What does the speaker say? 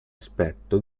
aspetto